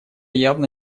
явно